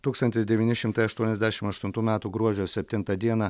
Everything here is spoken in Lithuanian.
tūkstantis devyni šimtai aštuoniasdešimt aštuntų metų gruodžio septintą dieną